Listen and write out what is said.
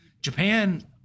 Japan